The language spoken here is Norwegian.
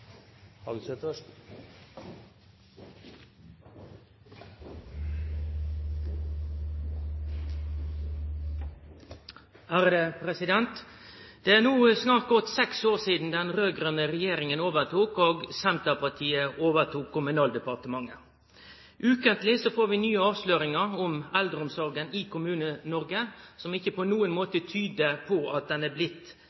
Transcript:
Det er no snart gått seks år sidan den raud-grøne regjeringa overtok og Senterpartiet overtok Kommunaldepartementet. Kvar veke får vi nye avsløringar om eldreomsorga i Kommune-Noreg som ikkje på nokon